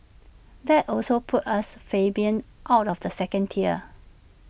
that also puts us plebeians out of the second tier